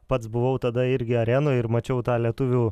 pats buvau tada irgi arenoj ir mačiau tą lietuvių